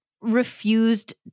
refused